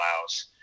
allows